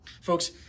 Folks